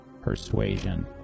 persuasion